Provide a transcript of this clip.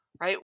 right